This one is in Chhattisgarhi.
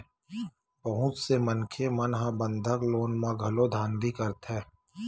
बहुत से मनखे मन ह बंधक लोन म घलो धांधली करथे